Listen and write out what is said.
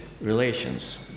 relations